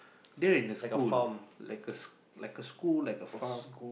near in the school like a like a school like a farm